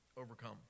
overcome